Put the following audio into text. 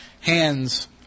hands